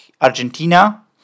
Argentina